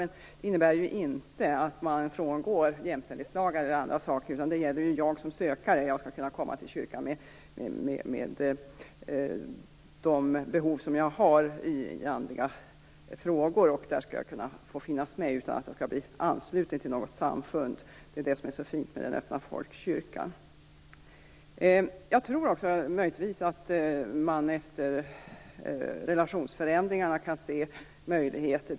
Men det innebär ju inte att man skall frångå jämställdhetslagar och annat, utan det gäller ju att jag som sökare skall kunna komma till kyrkan med de behov som jag har i andliga frågor. Där skall jag få finnas med utan att bli ansluten till något samfund. Det är detta som är så fint med den öppna folkkyrkan. Jag tror också möjligtvis att man efter relationsförändringarna kan se möjligheter.